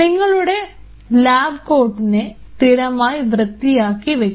നിങ്ങളുടെ ലാബ് കോട്ടിനെ സ്ഥിരമായി വൃത്തിയാക്കി വയ്ക്കുക